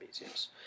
yes